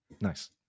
Nice